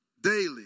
daily